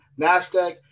NASDAQ